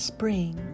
Spring